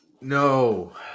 No